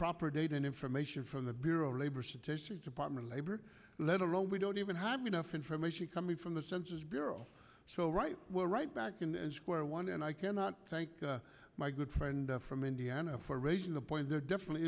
proper data and information from the bureau of labor statistics department labor let alone we don't even have enough information coming from the census bureau so right we're right back and square one and i cannot thank my good friend from indiana for raising the point there definitely